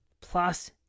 plus